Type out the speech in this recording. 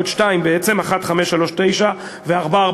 עוד שתיים בעצם: 1539 ו-4432,